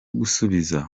gusubiza